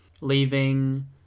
Leaving